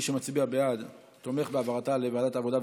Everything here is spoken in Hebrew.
מי שמצביע בעד תומך בהבאתה לוועדת העבודה,